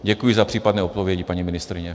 Děkuji za případné odpovědi, paní ministryně.